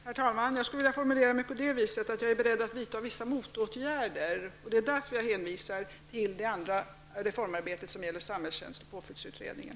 Herr talman! Jag skulle vilja formulera mig så att jag är beredd att vidta vissa motåtgärder. Därför hänvisar jag till det andra reformarbetet som gäller samhällstjänst och påföljdsutredningen.